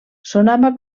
sonava